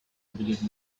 believed